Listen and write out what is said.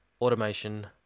automation